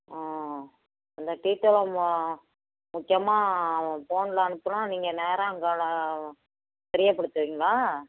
ஆ அந்த டீச்சரம்மா முக்கியமாக அவன் ஃபோனில் அனுப்புகிறான் நீங்கள் நேராக எங்களை ஃப்ரீயாக கொடுத்துவிங்களா